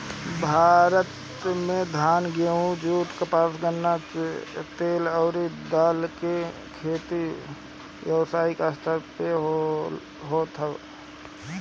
भारत में धान, गेंहू, जुट, कपास, गन्ना, तेल अउरी दाल के खेती व्यावसायिक स्तर पे होत ह